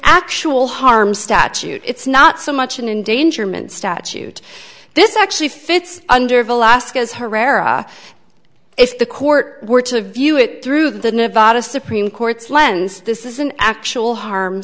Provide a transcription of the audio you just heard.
actual harm statute it's not so much an in danger mn statute this actually fits under of alaska's herrera if the court were to view it through the nevada supreme court's lens this is an actual harm